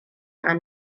ran